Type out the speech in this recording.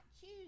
choose